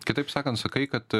kitaip sakant sakai kad